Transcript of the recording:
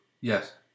Yes